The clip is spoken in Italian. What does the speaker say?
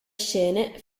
scene